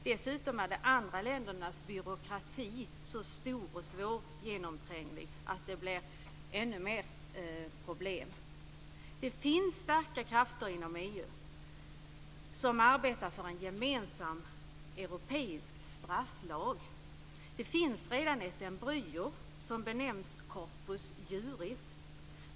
Dessutom är de andra ländernas byråkrati så stor och svårgenomtränglig att det blir ännu mer problem. Det finns starka krafter inom EU som arbetar för en gemensam europeisk strafflag. Det finns redan ett embryo som benämns corpus juris.